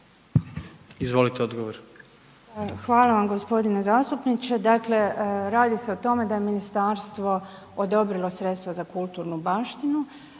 Koržinek, Nina** Hvala vam gospodine zastupniče. Dakle, radi se o tome da je ministarstvo odobrilo sredstva za kulturnu baštinu,